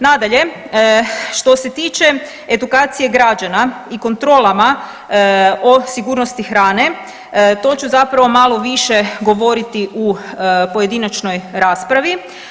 Nadalje, što se tiče edukacije građana i kontrolama o sigurnosti hrane to ću zapravo malo više govoriti u pojedinačnoj raspravi.